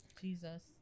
Jesus